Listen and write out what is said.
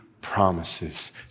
promises